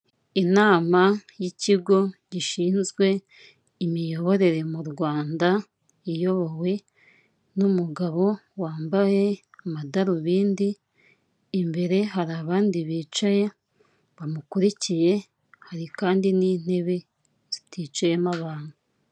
Inama y'ikigo gishinzwe imiyoborere mu Rwanda iyobowe n'umugabo wambaye amadarubindi, imbere hari abandi bicaye bamukurikiye, hari kandi n'intebe ziticayemo abantu.